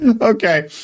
Okay